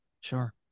Sure